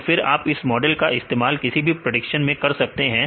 तो फिर आप इस मॉडल का इस्तेमाल किसी भी प्रेडिक्शन में कर सकते हैं